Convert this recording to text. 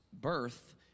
birth